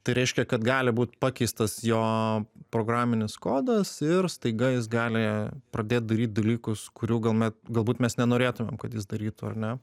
tai reiškia kad gali būt pakeistas jo programinis kodas ir staiga jis gali pradėt daryt dalykus kurių galme galbūt mes nenorėtumėm kad jis darytų ar ne